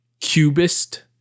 cubist